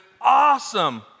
awesome